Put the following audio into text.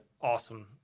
awesome